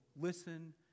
listen